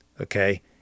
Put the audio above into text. Okay